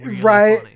Right